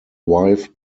wife